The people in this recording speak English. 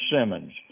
Simmons